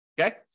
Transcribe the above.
okay